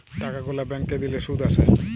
টাকা গুলা ব্যাংকে দিলে শুধ আসে